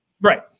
Right